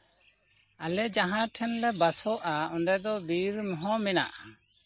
ᱟᱞᱮ ᱡᱟᱦᱟᱸ ᱴᱷᱮᱱ ᱞᱮ ᱵᱟᱥᱚᱜᱼᱟ ᱚᱸᱰᱮ ᱫᱚ ᱵᱤᱨ ᱦᱚᱸ ᱢᱮᱱᱟᱜᱼᱟ